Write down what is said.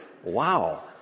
Wow